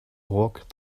walk